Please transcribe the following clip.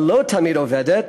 שלא תמיד עובדת,